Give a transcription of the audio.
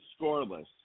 scoreless